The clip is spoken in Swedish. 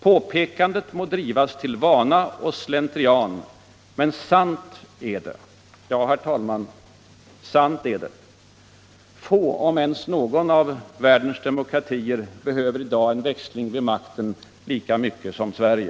Påpekandet må drivas till vana och slentrian, men sant är det!” Ja, herr talman, sant är det! Få — om ens någon — av världens demokratier behöver i dag en växling vid makten lika mycket som Sverige.